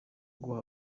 guha